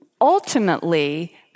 Ultimately